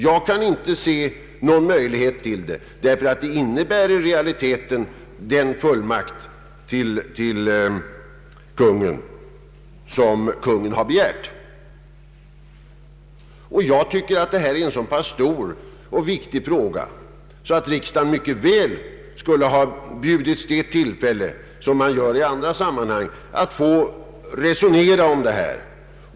Jag kan inte se någon möjlighet därtill med hänsyn till den fullmakt som Kungl. Maj:t har begärt och fått av riksdagen. Jag tycker att detta är en så stor och viktig fråga att riksdagen mycket väl skulle kunnat erhålla tillfälle att — som sker i andra sammanhang — resonera om denna.